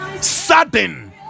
sudden